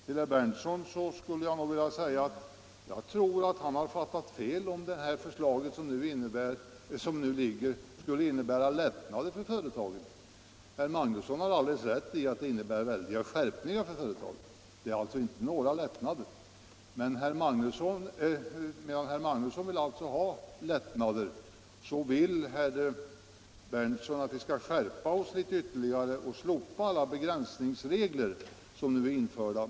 Till herr Berndtson vill jag säga att jag tror att han fattat fel, om han menar att det nu framlagda förslaget skulle medföra lättnader för företagen. Herr Magnusson har alldeles rätt i att det innebär väldiga skärpningar för företagen. Men medan herr Magnusson vill ha lättnader vill herr Berndtson att vi skall skärpa bestämmelserna ytterligare och slopa alla de begränsningsregler som nu är införda.